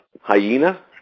hyena